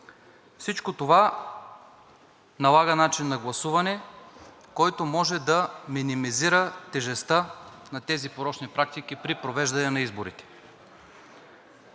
Всичко това налага начин на гласуване, който може да минимизира тежестта на тези порочни практики при провеждане на изборите.